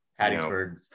hattiesburg